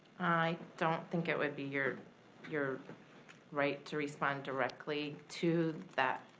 i don't think it would be your your right to respond directly to that,